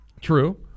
True